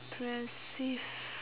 ~pressive